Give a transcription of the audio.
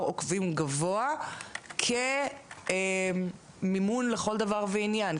עוקבים גבוה כמימון לכל דבר ועניין,